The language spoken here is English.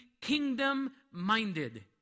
kingdom-minded